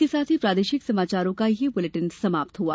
इसके साथ ही प्रादेशिक समाचारों का ये बुलेटिन समाप्त हुआ